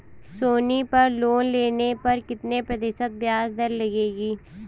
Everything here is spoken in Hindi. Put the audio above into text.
सोनी पर लोन लेने पर कितने प्रतिशत ब्याज दर लगेगी?